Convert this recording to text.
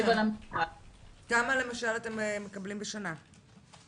כמה למשל אתם מקבלים בשנה?